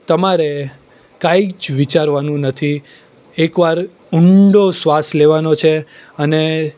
તમારે કંઈ જ વિચારવાનું નથી એકવાર ઊંડો શ્વાસ લેવાનો છે અને